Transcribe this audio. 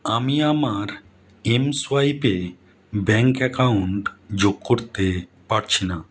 আমি আমার এম সোয়াইপে ব্যাঙ্ক অ্যাকাউন্ট যোগ করতে পারছি না